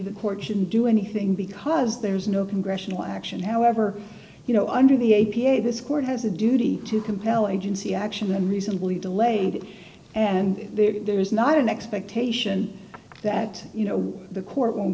the court shouldn't do anything because there is no congressional action however you know under the a p a this court has a duty to compel agency action and recently delayed and there is not an expectation that you know the court won't